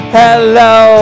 hello